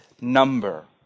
number